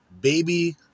baby